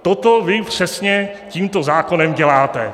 Toto vy přesně tímto zákonem děláte.